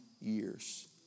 years